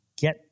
get